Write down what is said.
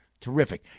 Terrific